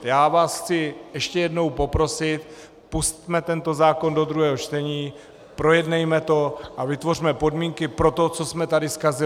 Já vás chci ještě jednou poprosit, pusťme tento zákon do druhého čtení, projednejme to a vytvořme podmínky pro to, co jsme tady zkazili.